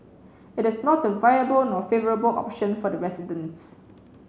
it is not a viable nor favourable option for the residents